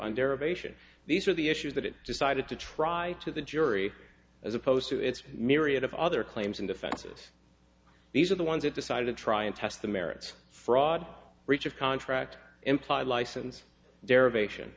under ovation these are the issues that it decided to try to the jury as opposed to its myriad of other claims and defenses these are the ones that decided to try and test the merits fraud breach of contract implied license derivation